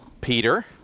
Peter